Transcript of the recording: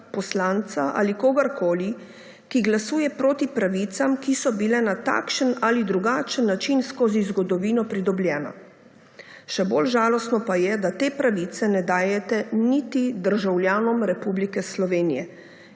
poslanca ali kogarkoli, ki glasuje proti pravicam, ki so bile na takšen ali drugačen način skozi zgodovino pridobljene. Še bolj žalostno pa je, da te pravice ne dajete niti državljanov Republike Slovenije,